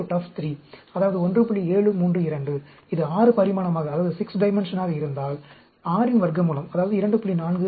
732 இது 6 பரிமாணமாக இருந்தால் 6 இன் வர்க்கமூலம் அதாவது 2